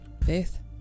faith